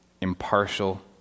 impartial